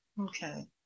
Okay